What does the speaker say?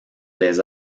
les